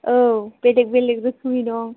औ बेलेग बेलेग रोखोमनि दं